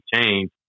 change